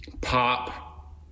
pop